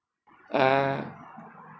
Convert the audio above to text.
uh